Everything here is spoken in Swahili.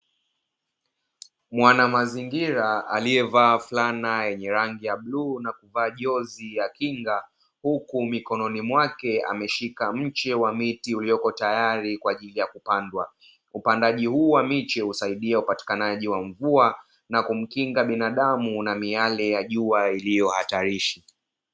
Mwanamazingira aliyevaa fulana yenye rangi ya bluu na kuvaa jozi ya kinga huku mikononi mwake ameshika mche wa miti ulioko tayari kwa ajili ya kupandwa, upandaji huu wa miche husaidia upatikanaji wa mvua na kumkinga binadamu na miale ya jua iliyo hatarishi.